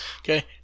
Okay